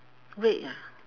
red ah